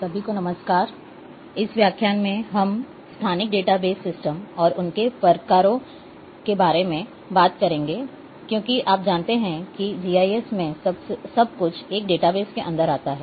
सभी को नमस्कार इस व्याख्यान में हम स्थानिक डेटाबेस सिस्टम और उनके प्रकारों के बारे में बात करेंगे क्योंकि आप जानते हैं कि जीआईएस में सब कुछ एक डेटाबेस के अंदर जाता है